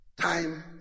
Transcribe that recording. time